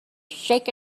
shake